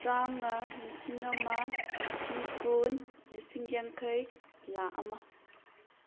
ꯇꯔꯥꯃꯉꯥ ꯂꯤꯁꯤꯡ ꯑꯃ ꯂꯤꯁꯤꯡ ꯀꯨꯟ ꯂꯤꯁꯤꯡ ꯌꯥꯡꯈꯩ ꯂꯥꯛ ꯑꯃ